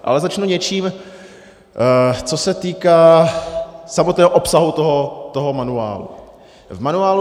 Ale začnu něčím, co se týká samotného obsahu toho manuálu.